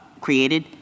created